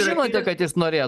žinote kad jis norė